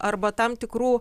arba tam tikrų